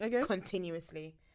Continuously